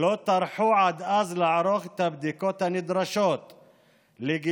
לא טרחו עד אז לערוך את הבדיקות הנדרשות לגילוי